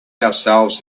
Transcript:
ourselves